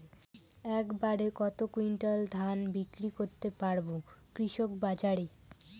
এক বাড়ে কত কুইন্টাল ধান বিক্রি করতে পারবো কৃষক বাজারে?